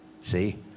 See